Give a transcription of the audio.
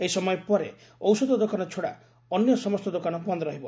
ଏହି ସମୟ ପରେ ଔଷଧ ଦୋକାନ ଛଡ଼ା ଅନ୍ୟ ସମସ୍ତ ଦୋକାନ ବନ୍ଦ ରହିବ